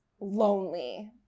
lonely